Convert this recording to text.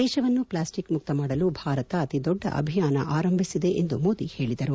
ದೇಶವನ್ನು ಪ್ಲಾಸ್ಟಿಕ್ ಮುಕ್ತ ಮಾಡಲು ಭಾರತ ಅತಿ ದೊಡ್ಡ ಅಭಿಯಾನ ಆರಂಭಿಸಿದೆ ಎಂದು ಮೋದಿ ಹೇಳಿದರು